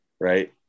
Right